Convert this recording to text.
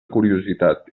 curiositat